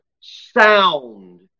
Sound